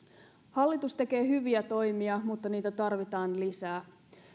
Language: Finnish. hallitus tekee hyviä toimia mutta niitä tarvitaan lisää